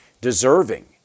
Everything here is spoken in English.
deserving